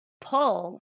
pull